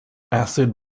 acid